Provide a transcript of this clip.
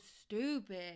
stupid